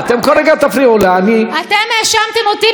אתם האשמתם אותי באמירות שמעולם לא אמרתי,